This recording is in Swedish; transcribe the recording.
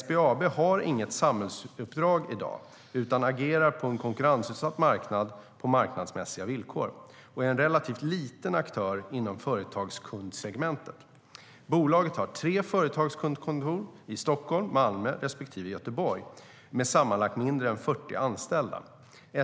SBAB har i dag inget samhällsuppdrag utan agerar på en konkurrensutsatt marknad på marknadsmässiga villkor och är en relativt liten aktör inom företagskundsegmentet. Bolaget har tre företagskundkontor i Stockholm, Malmö respektive Göteborg med sammanlagt mindre än 40 anställda.